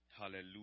Hallelujah